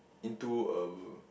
into a